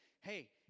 Hey